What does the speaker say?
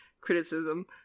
criticism